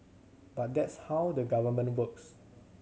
but that's how the Government works